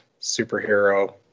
superhero